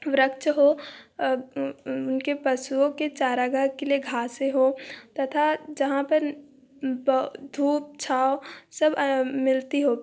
वृक्ष हो उनके पशुओं के चारागाह के लिए घाँसें हों तथा जहाँ पर धूप छाँव सब मिलती हो